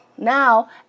Now